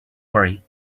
worry